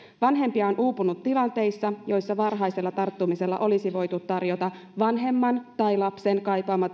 vanhempia on uupunut tilanteissa joissa varhaisella tarttumisella olisi voitu tarjota vanhemman tai lapsen kaipaama